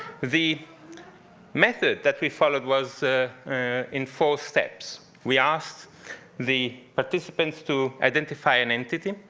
the method that we followed was in four steps. we asked the participants to identify an entity.